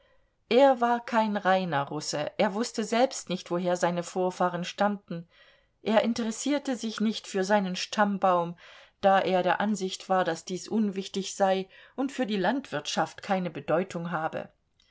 er war kein reiner russe er wußte selbst nicht woher seine vorfahren stammten er interessierte sich nicht für seinen stammbaum da er der ansicht war daß dies unwichtig sei und für die landwirtschaft keine bedeutung habe